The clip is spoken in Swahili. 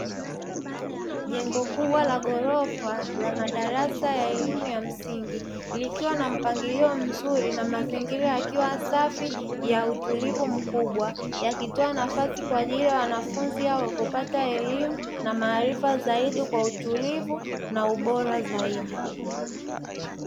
Jengo kubwa la ghorofa la madarasa ya elimu ya msingi, likiwa na mpangilio mzuri na mazingira yakiwa safi ya utulivu mkubwa, yakitoa nafasi kwa ajili ya wanafunzi na kupata elimu, na maarifa zaidi kwa utulivu na ubora zaidi.